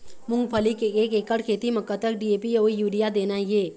मूंगफली के एक एकड़ खेती म कतक डी.ए.पी अउ यूरिया देना ये?